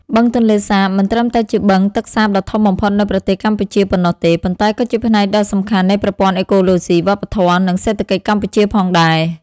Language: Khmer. បឹងទន្លេសាបមិនត្រឹមតែជាបឹងទឹកសាបដ៏ធំបំផុតនៅប្រទេសកម្ពុជាប៉ុណ្ណោះទេ ប៉ុន្តែក៏ជាផ្នែកដ៏សំខាន់នៃប្រព័ន្ធអេកូឡូស៊ី វប្បធម៌ និងសេដ្ឋកិច្ចកម្ពុជាផងដែរ។